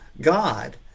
God